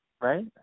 Right